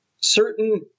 certain